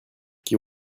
qui